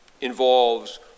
involves